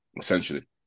essentially